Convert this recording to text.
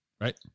right